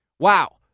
Wow